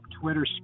Twitter